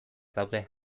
daude